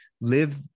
live